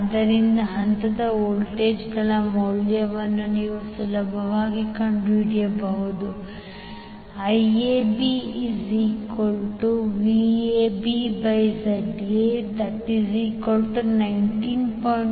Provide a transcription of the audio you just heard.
ಆದ್ದರಿಂದ ಹಂತದ ವಿದ್ಯುತ್ಗಳ ಮೌಲ್ಯವನ್ನು ನೀವು ಸುಲಭವಾಗಿ ಕಂಡುಹಿಡಿಯಬಹುದು IABVABZ∆173